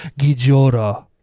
Gijora